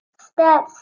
steps